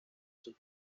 sus